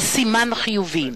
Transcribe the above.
זה סימן חיובי